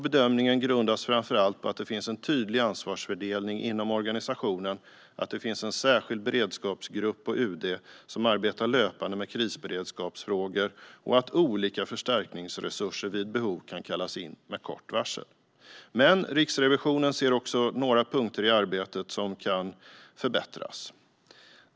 Bedömningen grundas framför allt på att det finns en tydlig ansvarsfördelning inom organisationen, att det finns en särskild beredskapsgrupp på UD som arbetar löpande med krisberedskapsfrågor och att olika förstärkningsresurser vid behov kan kallas in med kort varsel. Men Riksrevisionen ser också några punkter i arbetet som kan förbättras.